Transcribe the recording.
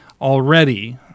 already